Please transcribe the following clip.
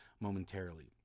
momentarily